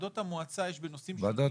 וועדות המועצה יש בנושאים שונים.